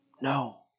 No